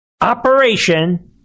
Operation